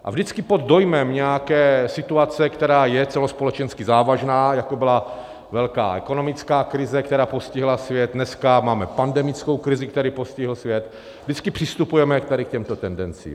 A vždycky pod dojmem nějaké situace, která je celospolečensky závažná, jako byla velká ekonomická krize, která postihla svět, dneska máme pandemickou krizi, která postihla svět, vždycky přistupujeme tady k těmto tendencím.